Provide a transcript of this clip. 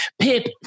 pip